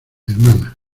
hermana